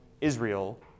Israel